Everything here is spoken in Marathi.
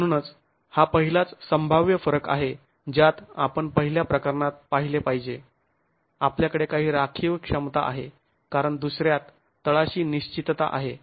म्हणूनच हा पहिलाच संभाव्य फरक आहे ज्यात आपण पहिल्या प्रकरणात पाहिले पाहिजे आपल्याकडे काही राखीव क्षमता आहे कारण दुसऱ्यात तळाशी निश्चितता आहे